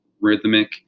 rhythmic